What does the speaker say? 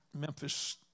Memphis